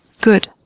Good